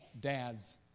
dads